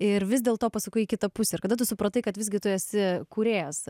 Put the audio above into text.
ir vis dėlto pasukai į kitą pusę ir kada tu supratai kad visgi tu esi kūrėjas